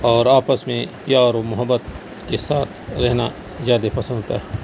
اور آپس میں پیار و محبت کے ساتھ رہنا زیادہ پسند ہوتا ہے